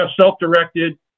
self-directed